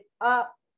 up